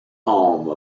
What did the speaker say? home